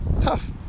tough